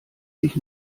sich